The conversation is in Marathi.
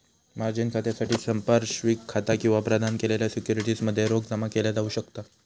मार्जिन खात्यासाठी संपार्श्विक खाता किंवा प्रदान केलेल्या सिक्युरिटीज मध्ये रोख जमा केला जाऊ शकता